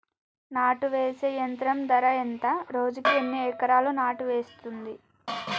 నాటు వేసే యంత్రం ధర ఎంత రోజుకి ఎన్ని ఎకరాలు నాటు వేస్తుంది?